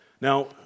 Now